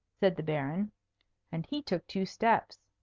said the baron and he took two steps.